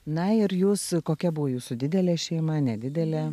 na ir jūs kokia buvo jūsų didelė šeima nedidelė